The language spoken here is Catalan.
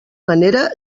manera